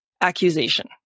accusation